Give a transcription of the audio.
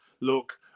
look